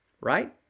right